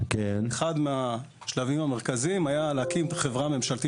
אחד השלבים המרכזיים היה להקים חברה ממשלתית